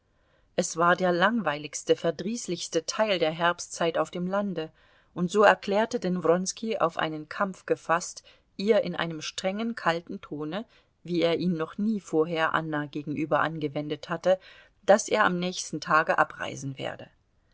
es war der langweiligste verdrießlichste teil der herbstzeit auf dem lande und so erklärte denn wronski auf einen kampf gefaßt ihr in einem strengen kalten tone wie er ihn noch nie vorher anna gegenüber angewendet hatte daß er am nächsten tage abreisen werde